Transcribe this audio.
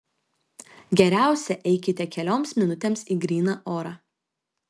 geriausia eikite kelioms minutėms į gryną orą